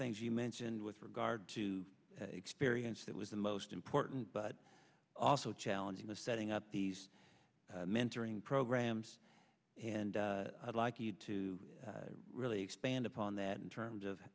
ings you mentioned with regard to experience that was the most important but also challenging the setting up these mentoring programs and i'd like you to really expand upon that in terms of